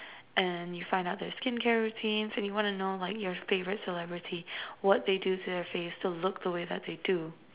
and then you find out their skincare routine so you wanna know like your favorite celebrity what they do to their face to look the way that they do